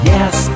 Yes